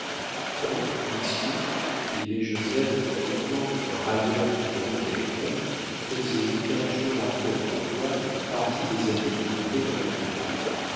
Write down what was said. donc bixiou qui aimait joseph autant qu'un railleur peut aimer quelqu'un faisait quinze jours après le convoi partie des amis groupés dans l'atelier